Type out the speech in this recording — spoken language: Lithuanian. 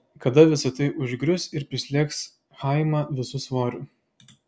kada visa tai užgrius ir prislėgs chaimą visu svoriu